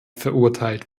verurteilt